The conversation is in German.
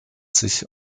sich